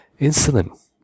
Insulin